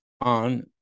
on